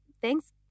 thanks